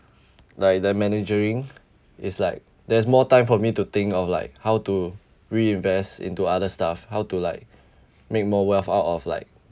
like the managering it's like there's more time for me to think of like how to reinvest into other stuff how to like make more wealth out of like